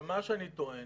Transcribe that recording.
אני טוען